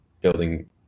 building